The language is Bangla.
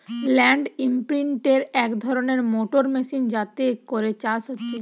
ল্যান্ড ইমপ্রিন্টের এক ধরণের মোটর মেশিন যাতে করে চাষ হচ্ছে